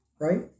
Right